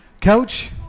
Coach